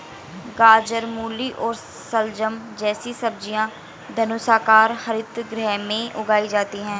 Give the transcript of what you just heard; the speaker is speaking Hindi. गाजर, मूली और शलजम जैसी सब्जियां धनुषाकार हरित गृह में उगाई जाती हैं